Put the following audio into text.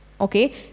Okay